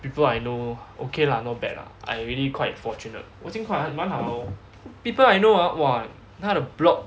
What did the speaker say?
people I know okay lah not bad lah I really quite fortunate 我尽快满好 people I know ah !wah! 他的 block